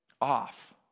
off